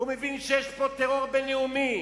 הוא מבין שיש פה טרור בין-לאומי,